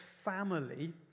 family